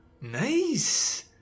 nice